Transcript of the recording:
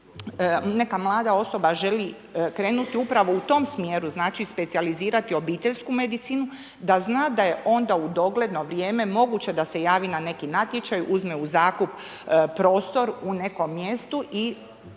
neka mlada osoba želi krenuti upravo u tom smjeru, znači specijalizirati obiteljsku medicinu, da znam da je onda u dogledno vrijeme moguće da se javi na neki natječaj, uzme u zakup prostor u nekom mjestu i